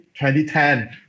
2010